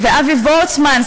ואבי וורצמן,